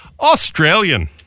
Australian